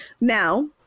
Now